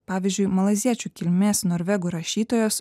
pavyzdžiui malaiziečių kilmės norvegų rašytojos